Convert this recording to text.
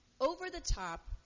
over-the-top